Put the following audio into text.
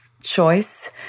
choice